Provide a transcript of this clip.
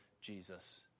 Jesus